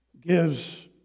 gives